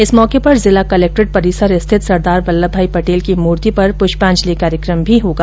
इस मौके पर जिला कलेक्ट्रेट परिसर स्थित सरदार वल्लभ भाई पर्टेल की मूर्ति पर पुष्पांजलि कार्यक्रम भी होगा